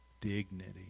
dignity